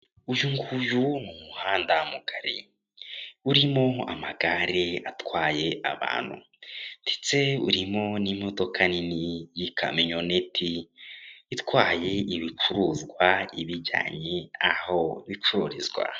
Uyu nguyu ni umuhanda mugari urimo amagare atwaye abantu, ndetse urimo n'imodoka nini y'ikamyoneti, itwaye ibicuruzwa ibijyanye aho bicururizwa.